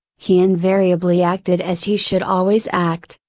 he invariably acted as he should always act,